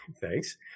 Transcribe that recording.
Thanks